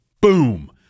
boom